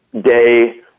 day